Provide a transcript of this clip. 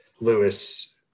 Lewis